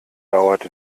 dauert